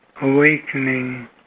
awakening